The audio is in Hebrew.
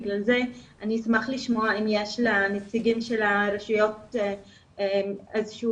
ובגלל זה אשמח לשמוע אם יש לנציגים הרשויות איזה שהוא